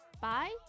bye